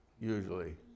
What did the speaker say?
usually